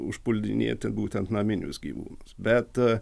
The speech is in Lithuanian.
užpuldinėti būtent naminius gyvūnus bet